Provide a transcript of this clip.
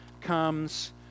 comes